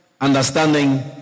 understanding